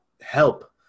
help